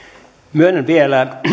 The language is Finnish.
myönnän vielä